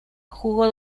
jugó